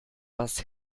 was